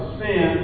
sin